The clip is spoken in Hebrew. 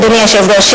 אדוני היושב-ראש,